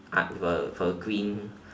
uh were were green